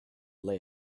lay